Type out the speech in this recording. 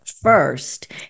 first